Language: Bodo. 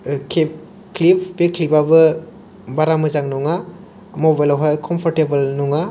क्लिब बे क्लिबाबो बारा मोजां नङा मबेलाव हाय कम्पर्टेबोल नङा